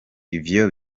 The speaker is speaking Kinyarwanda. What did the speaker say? ivyo